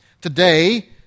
Today